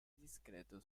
discreto